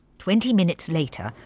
twenty minutes later,